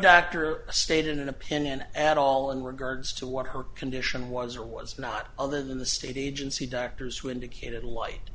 doctor stated an opinion at all in regards to what her condition was or was not other than the state agency doctors who indicated a light